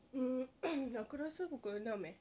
mm aku rasa pukul enam eh